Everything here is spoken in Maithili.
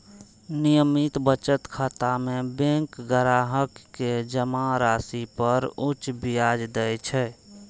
नियमित बचत खाता मे बैंक ग्राहक कें जमा राशि पर उच्च ब्याज दै छै